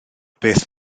beth